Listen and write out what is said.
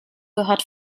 gehört